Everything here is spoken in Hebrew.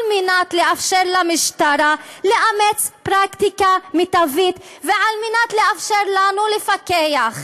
על מנת לאפשר למשטרה לאמץ פרקטיקה מיטבית ועל מנת לאפשר לנו לפקח.